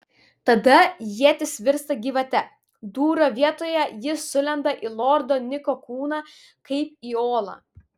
tada ietis virsta gyvate dūrio vietoje ji sulenda į lordo niko kūną kaip į olą